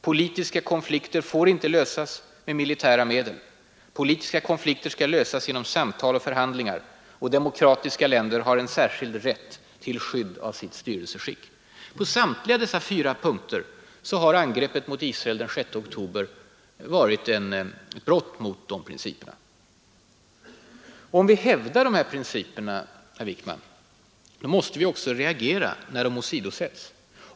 Politiska konflikter får inte lösas med militära medel. Politiska konflikter skall lösas genom samtal och förhandlingar. Demokratiska länder har en särskild rätt till skydd av sitt styrelseskick. Angreppet mot Israel den 6 oktober var ett brott mot samtliga dessa principer. Om vi hävdar dessa principer, herr Wickman, måste vi också reagera när de åtsidosätts.